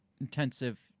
intensive